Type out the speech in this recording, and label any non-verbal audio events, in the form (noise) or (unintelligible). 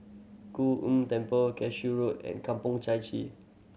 Kuan (unintelligible) Temple Cashew Road and Kampong Chai Chee